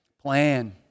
plan